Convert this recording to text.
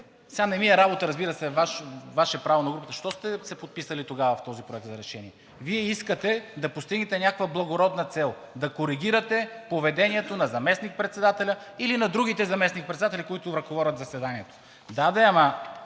сега не ми е работа, разбира се, Ваше право на избор е, Вие защо сте се подписали тук. Вие искате да постигнете някаква благородна цел – да коригирате поведението на заместник-председателя, или на другите заместник-председатели, които ръководят заседанието. Да де, ама